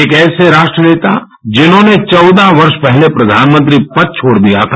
एक ऐसे राष्ट्र नेता जिन्होंने चौदह वर्ष पहले प्रबानमंत्री पद छोड़ दिया था